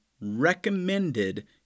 recommended